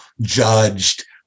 judged